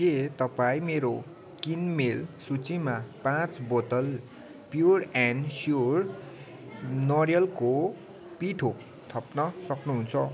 के तपाईँ मेरो किनमेल सूचीमा पाँच बोतल प्योर एन्ड स्योर नरिवलको पिठो थप्न सक्नुहुन्छ